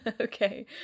Okay